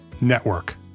Network